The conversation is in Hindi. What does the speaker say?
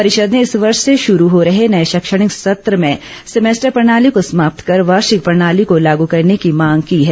परिषद ने इस वर्ष से शुरू हो रहे नए शैक्षणिक सत्र में सेमेस्टर प्रणाली को समाप्त कर वार्षिक प्रणाली को लागू करने की मांग की है